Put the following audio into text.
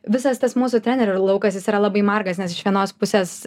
visas tas mūsų trenerių laukas yra labai margas nes iš vienos pusės